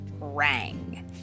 rang